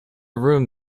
room